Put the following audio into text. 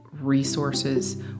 resources